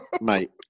Mate